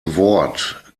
wort